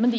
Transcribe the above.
Men